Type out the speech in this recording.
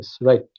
right